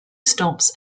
stops